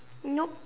nope